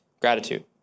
gratitude